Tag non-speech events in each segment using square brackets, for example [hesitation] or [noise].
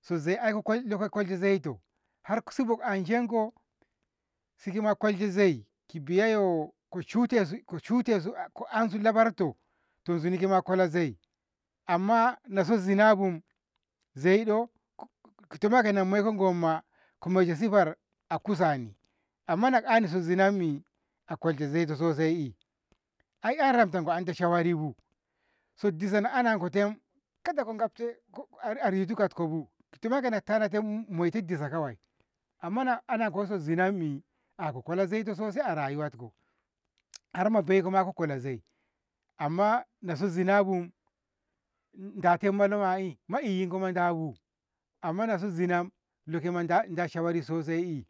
so zai aaiko ko kolshe zaito harsi go anshenko sikima kolshe zai kibiya yo kushutesu ko ko ansu labarto zunima akwala zai amma nasos zinabu zaido ko [hesitation] tonaiko gomma ko mooishesifar a kusani amma na anni so zinammi a kolshe zaito sosai e' ai 'ya a ramtonko shawari bu so disa na anankote kada ko'e gfte aritu katko bu tuma kana moiti disa kawai amma na anonko so zinammi ko kola zaito sosai rayuwatko harma bekoma a kwala zaito amma so zinabu datai malo ma'i maiyinkoma dabu amma naso zina loke dalo da da shawari sosai ei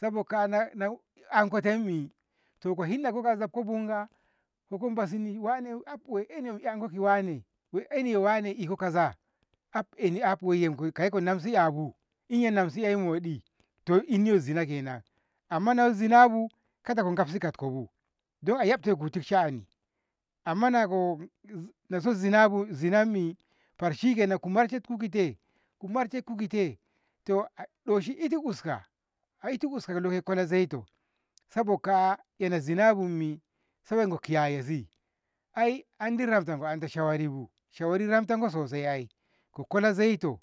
saboka'a na ankotemmi ko inɗa kika zafkobunga goko basinni wane af wai eni mu 'yanko ki wane, wai eni wane ko kaza ehni 'yabu koi ko namsi 'yabu iya namsi modi to inni so zina kenan amma na zinabu kada ko gafsi katkobo don a yabtoko duk sha'ani amma nako zinako zinammi far shikenan kumarshetku kite, kuma marshenku kite to dosi itu uska, a iti uska lo kola zaito saboka'a zinabu sai go kiyayesi ai andi ramtanko shawaribu, shawari ramtanko sosai ei ko kola zaito